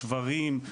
שברים,